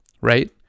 right